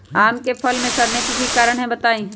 आम क फल म सरने कि कारण हई बताई?